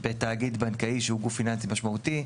בתאגיד בנקאי שהוא גוף פיננסי משמעותי,